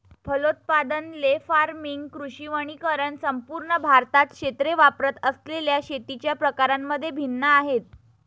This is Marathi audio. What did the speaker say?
फलोत्पादन, ले फार्मिंग, कृषी वनीकरण संपूर्ण भारतात क्षेत्रे वापरत असलेल्या शेतीच्या प्रकारांमध्ये भिन्न आहेत